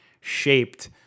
shaped